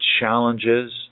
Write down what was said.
Challenges